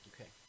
Okay